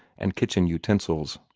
and kitchen utensils.